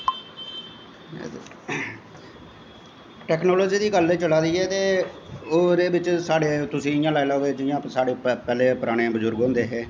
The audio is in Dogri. टैकनॉलजी दी गल्ल चला दी ऐ ते ओह्दे बिच्च साढ़े तुसी इ'यां लाई लैओ जियां साढ़े पैह्ले पराने बजुर्ग होंदे हे